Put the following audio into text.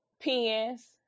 pens